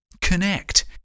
Connect